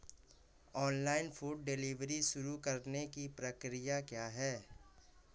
Online food delivery शुरू करने की प्रक्रिया क्या है?